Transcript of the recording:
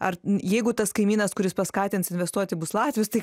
ar jeigu tas kaimynas kuris paskatins investuoti bus latvis tai